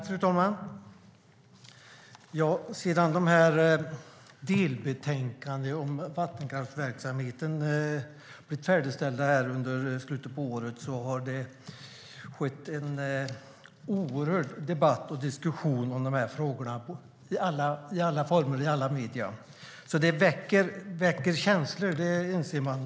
Fru talman! Sedan delbetänkandena om vattenkraftsverksamheten färdigställdes i slutet av förra året har det förts en oerhörd debatt och diskussion om dessa frågor i alla former i alla medier. De väcker känslor, det inser man.